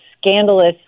scandalous